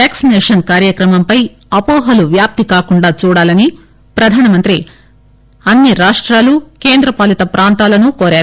vaccination కార్యక్రమం పై అపోహలు వ్యాప్తి కాకుండా చూడాలని ప్రధానమంత్రి అన్ని రాష్టాలు కేంద్రపాలిత ప్రాంతాలను కోరారు